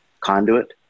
conduit